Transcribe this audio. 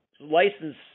license